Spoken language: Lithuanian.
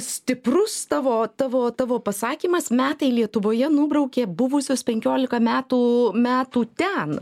stiprus tavo tavo tavo pasakymas metai lietuvoje nubraukė buvusius penkiolika metų metų ten